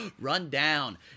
Rundown